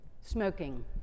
smoking